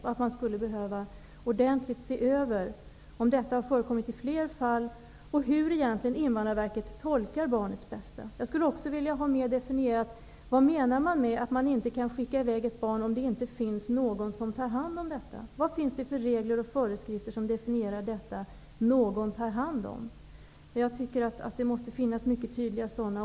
Vi skulle behöva ordentligt se över om detta har förekommit i fler fall och hur Invandrarverket egentligen tolkar barnets bästa. Jag skulle också vilja ha mer definierat vad som menas med att man inte kan skicka i väg ett barn om det inte finns någon som tar hand om det. Vad finns det för regler och föreskrifter som definierar detta ''någon tar hand om''? Det måste finnas mycket tydliga sådana.